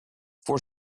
for